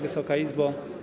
Wysoka Izbo!